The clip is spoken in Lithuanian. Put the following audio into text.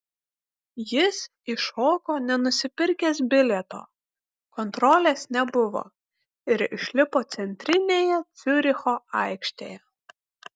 jis įšoko nenusipirkęs bilieto kontrolės nebuvo ir išlipo centrinėje ciuricho aikštėje